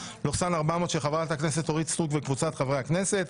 פ/400/24 של חברת הכנסת אורית סטרוק וקבוצת חברי הכנסת,